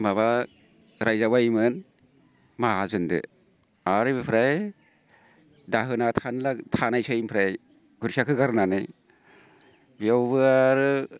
माबा रायजाबायोमोन माहाजोनदो आरो बेनिफ्राय दाहोनाय थानायसाय आमफ्राय गुरखियाखौ गारनानै बियावबो आरो